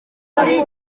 muri